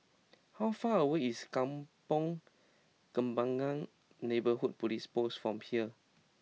how far away is Kampong Kembangan Neighbourhood Police Post from here